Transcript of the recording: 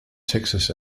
texas